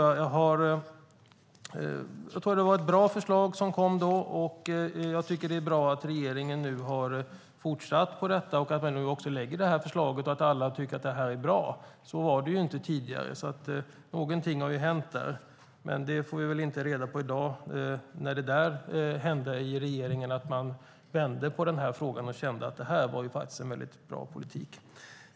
Jag tror att det var ett bra förslag som kom då, och jag tycker att det är bra att regeringen nu har fortsatt med det, att den nu lägger fram detta förslag och att alla tycker att det är bra. Så var det inte tidigare. Någonting har hänt, men vi får väl inte reda på i dag när regeringen vände i denna fråga och kände att detta faktiskt var en väldigt bra politik.